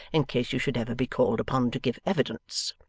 in case you should ever be called upon to give evidence